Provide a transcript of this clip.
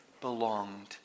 belonged